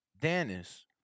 Dennis